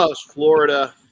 Florida